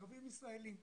ערבים ישראליים.